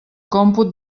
còmput